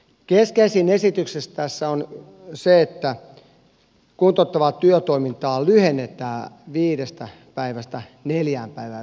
keskeisin esitys tässä on se että kuntouttavaa työtoimintaa lyhennetään viidestä päivästä neljään päivään viikossa